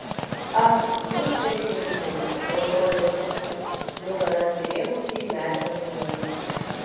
ak giunteri giunteri raudojau suklupusi nugara atsirėmusi į medžio kamieną